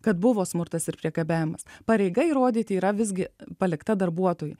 kad buvo smurtas ir priekabiavimas pareiga įrodyti yra visgi palikta darbuotojui